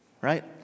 Right